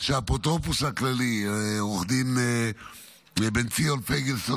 שהאפוטרופוס הכללי עו"ד בן ציון פיגלסון